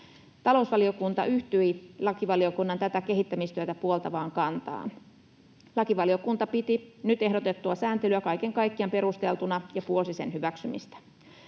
Talousvaliokunta yhtyi lakivaliokunnan tätä kehittämistyötä puoltavaan kantaan. Lakivaliokunta piti nyt ehdotettua sääntelyä kaiken kaikkiaan perusteltuna ja puolsi sen hyväksymistä.